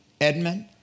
Edmund